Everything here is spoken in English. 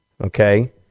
okay